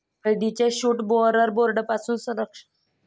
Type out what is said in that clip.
हळदीचे shoot borer बोर्डपासून संरक्षण करण्यासाठी मॅलाथोईनची फवारणी करावी